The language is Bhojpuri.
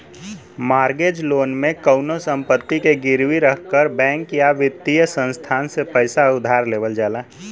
मॉर्गेज लोन में कउनो संपत्ति के गिरवी रखकर बैंक या वित्तीय संस्थान से पैसा उधार लेवल जाला